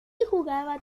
jugaba